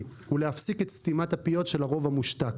ולהפסיק את סתימת הפיות של הרוב המושתק.